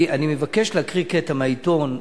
אני מבקש להקריא קטע מהעיתון.